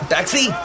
Taxi